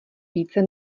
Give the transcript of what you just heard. více